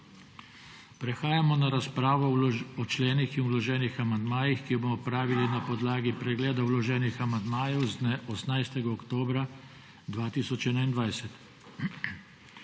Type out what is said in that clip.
Prehajamo na razpravo o členih in vloženih amandmajih, ki jo bomo opravili na podlagi pregleda vloženih amandmajev z dne 18. oktobra 2021.